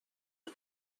این